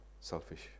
selfish